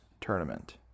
tournament